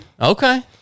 Okay